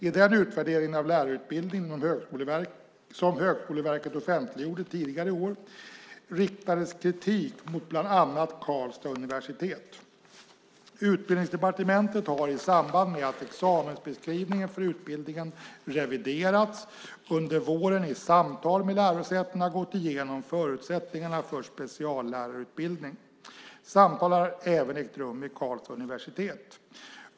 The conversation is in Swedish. I den utvärdering av lärarutbildningen som Högskoleverket offentliggjorde tidigare i år riktades kritik mot bland annat Karlstads universitet. Utbildningsdepartementet har i samband med att examensbeskrivningen för utbildningen reviderats under våren i samtal med lärosätena gått igenom förutsättningarna för speciallärarutbildning. Samtal har även ägt rum med Karlstads universitet.